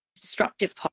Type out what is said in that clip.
destructive